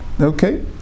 Okay